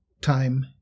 time